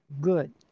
good